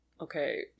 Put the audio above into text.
okay